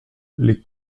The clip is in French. les